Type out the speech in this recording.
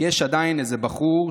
יש עדיין איזה בחור,